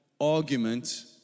argument